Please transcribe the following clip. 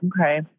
okay